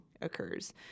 occurs